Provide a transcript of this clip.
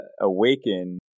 awaken